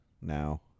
now